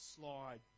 slide